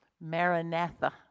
Maranatha